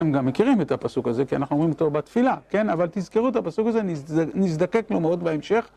אתם גם מכירים את הפסוק הזה, כי אנחנו אומרים אותו בתפילה, כן, אבל תזכרו את הפסוק הזה, נזדקק לו מאוד בהמשך.